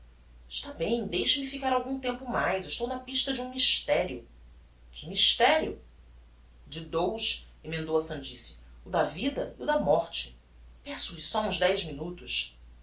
está bem deixe-me ficar algum tempo mais estou na pista de um mysterio que mysterio de dous emendou a sandice o da vida e o da morte peço-lhe só uns dez minutos